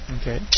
Okay